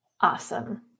Awesome